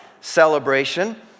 celebration